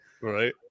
Right